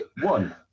one